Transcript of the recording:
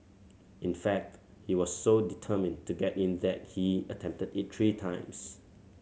in fact he was so determined to get in that he attempted it three times